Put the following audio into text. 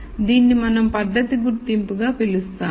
దీనిని మనం పద్ధతి గుర్తింపుగా పిలుస్తాము